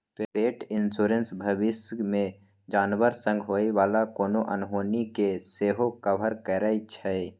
पेट इन्स्योरेन्स भबिस मे जानबर संग होइ बला कोनो अनहोनी केँ सेहो कवर करै छै